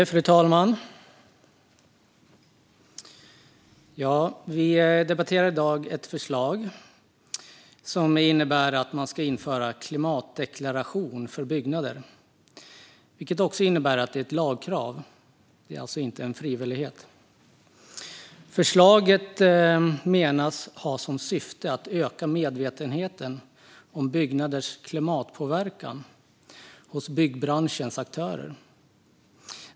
Fru talman! Vi debatterar i dag ett förslag som innebär att man ska införa klimatdeklaration för byggnader. Det innebär också att det är ett lagkrav. Det är alltså inte en frivillighet. Förslaget menas ha som syfte att öka medvetenheten hos byggbranschens aktörer om byggnaders klimatpåverkan.